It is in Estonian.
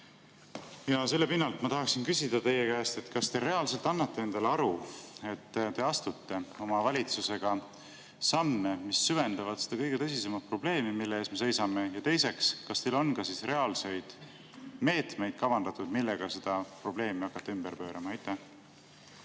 Ja selle pinnalt ma tahan küsida teie käest: kas te reaalselt annate endale aru, et te astute oma valitsusega samme, mis süvendavad seda kõige tõsisemat probleemi, mille ees me seisame? Ja teiseks, kas teil on ka reaalseid meetmeid kavandatud, millega seda probleemi hakata ümber pöörama? Aitäh!